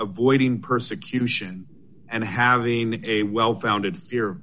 avoiding persecution and having a well founded fear